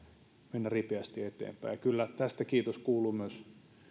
mennä ripeästi eteenpäin kyllä tästä kiitos kuuluu myös